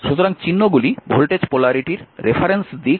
সুতরাং চিহ্নগুলি ভোল্টেজ পোলারিটির রেফারেন্স দিক নির্দেশ করতে ব্যবহৃত হয়